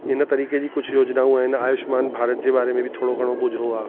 हिन तरीक़े जी कुझु योजनाऊं आहिनि आयुष्मान भारत जे बारे में बि थोरो घणो ॿुधो आहे